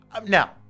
Now